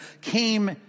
came